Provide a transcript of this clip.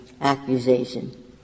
accusation